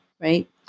right